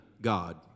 God